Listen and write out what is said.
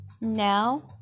now